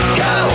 go